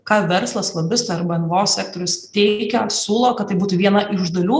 ką verslas lobistai arba nvo sektorius teikia siūlo kad tai būtų viena iš dalių